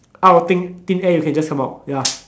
out of thing thin air you can just come out ya